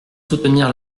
soutenir